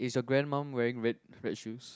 is your grandmum wearing red red shoes